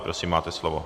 Prosím, máte slovo.